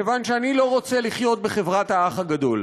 מכיוון שאני לא רוצה לחיות בחברת האח הגדול.